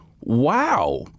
Wow